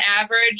average